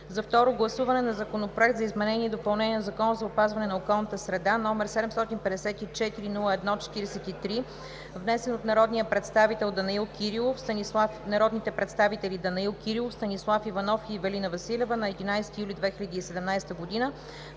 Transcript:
за второ гласуване на Законопроект за изменение и допълнение на Закона за опазване на околната среда, № 754-01-43, внесен от народните представители Данаил Кирилов, Станислав Иванов и Ивелина Василева на 11 юли 2017 г.,